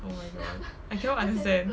oh my god I cannot understand